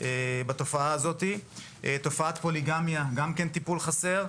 תופעת פוליגמיה, גם כן טיפול חסר,